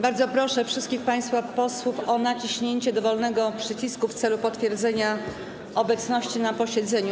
Bardzo proszę wszystkich państwa posłów o naciśnięcie dowolnego przycisku w celu potwierdzenia obecności na posiedzeniu.